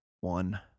one